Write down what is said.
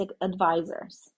advisors